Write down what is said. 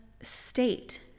state